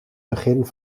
begin